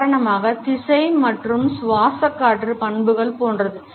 உதாரணமாக திசை மற்றும் சுவாச காற்று பண்புகள் போன்றது